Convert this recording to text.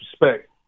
respect